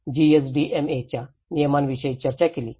मग तिसरा पैलू आपण त्यातील मॅनेजमेंट च्या भागाबद्दल चर्चा करतो